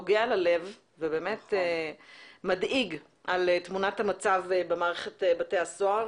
נוגע ללב ובאמת מדאיג על תמונת המצב במערכת בתי הסוהר